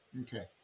Okay